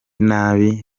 nabi